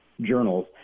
journals